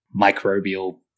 microbial